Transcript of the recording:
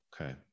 Okay